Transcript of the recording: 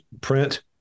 print